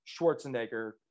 Schwarzenegger